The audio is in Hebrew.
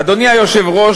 "אדוני היושב-ראש,